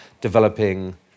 developing